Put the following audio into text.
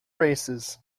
races